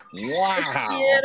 Wow